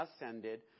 ascended